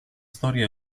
storia